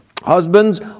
Husbands